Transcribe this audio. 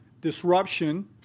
disruption